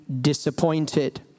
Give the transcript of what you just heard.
disappointed